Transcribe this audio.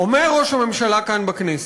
אומר ראש הממשלה כאן בכנסת: